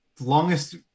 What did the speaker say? longest